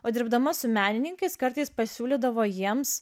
o dirbdama su menininkais kartais pasiūlydavo jiems